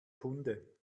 kunde